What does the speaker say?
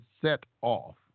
set-off